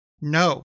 No